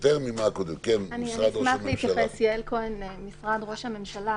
כן, נציגת משרד ראש הממשלה.